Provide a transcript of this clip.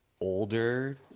older